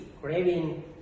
craving